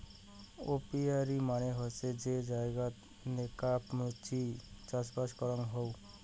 apiary মানে হসে যে জায়গাত নেকাব মুচি চাষবাস করাং হই